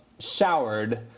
showered